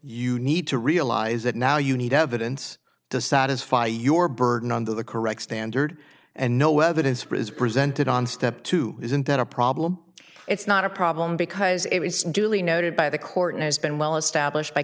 you need to realize that now you need evidence to satisfy your burden on the correct standard and know whether it is for is presented on step two isn't that a problem it's not a problem because it was duly noted by the court and has been well established by